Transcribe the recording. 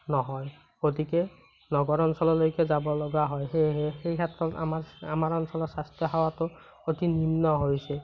নহয় গতিকে নগৰ অঞ্চললৈকে যাব লগা হয় সেয়েহে সেইক্ষেত্ৰত আমাৰ আমাৰ অঞ্চলৰ স্বাস্থ্যসেৱাটো অতি নিম্ন হৈছে